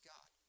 God